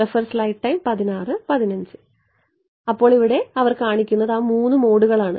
അതിനാൽ അവർ ഇവിടെ കാണിക്കുന്നത് ആ മൂന്ന് മോഡുകളാണ്